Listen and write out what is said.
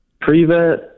Pre-vet